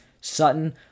Sutton